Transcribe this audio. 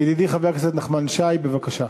ידידי חבר הכנסת נחמן שי, בבקשה.